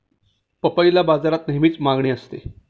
पपईला बाजारात नेहमीच मागणी असते